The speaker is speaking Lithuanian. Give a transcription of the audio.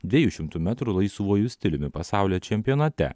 dviejų šimtų metrų laisvuoju stiliumi pasaulio čempionate